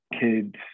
kids